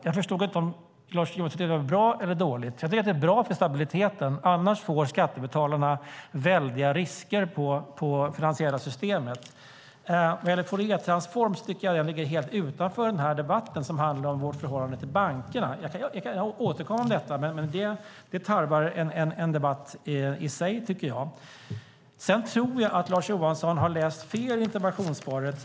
Jag förstod inte om Lars Johansson tyckte att det var bra eller dåligt. Jag tycker att det är bra för stabiliteten, för annars står skattebetalarna för väldiga risker i det finansiella systemet. När det gäller Fouriertransform tycker jag att det ligger helt utanför den här debatten, som handlar om vårt förhållande till bankerna. Jag kan återkomma om detta, men det tarvar en debatt i sig. Sedan tror jag att Lars Johansson har läst fel i interpellationssvaret.